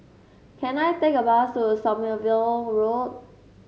can I take a bus to Sommerville Road